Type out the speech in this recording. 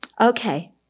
Okay